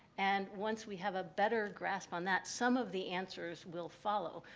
and once we have a better grasp on that, some of the answers will follow.